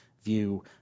view